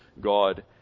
God